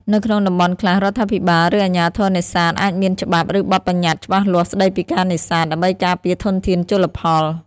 នៅក្នុងតំបន់ខ្លះ រដ្ឋាភិបាល ឬអាជ្ញាធរនេសាទអាចមានច្បាប់ ឬបទប្បញ្ញត្តិច្បាស់លាស់ស្តីពីការនេសាទ ដើម្បីការពារធនធានជលផល។